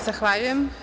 Zahvaljujem.